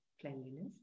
cleanliness